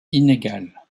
inégales